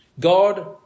God